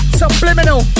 subliminal